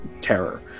terror